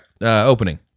opening